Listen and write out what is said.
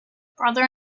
brother